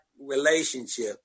relationship